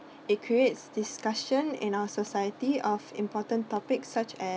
it creates discussion in our society of important topics such as